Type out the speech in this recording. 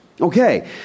Okay